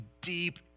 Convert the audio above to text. deep